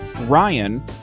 Ryan